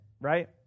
right